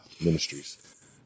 ministries